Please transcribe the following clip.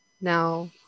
now